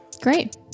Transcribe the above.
Great